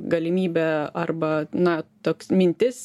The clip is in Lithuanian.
galimybė arba na toks mintis